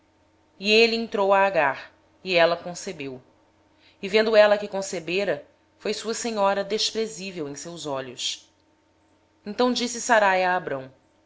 e ele conheceu a agar e ela concebeu e vendo ela que concebera foi sua senhora desprezada aos seus olhos então disse sarai a abrão